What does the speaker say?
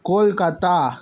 Kolkata